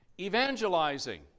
evangelizing